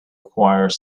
acquire